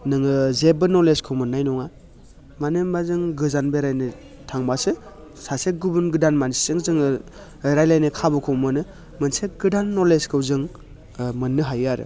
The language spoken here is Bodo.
नोङो जेबो नलेजखो मोननाय नङा मानो होमब्ला जों गोजान बेरायनो थांब्लासो सासे गुबुन गोदान मानसिजों जोङो रायज्लायनो खाबुखौ मोनो मोनसे गोदान नलेजखौ जों मोननो हायो आरो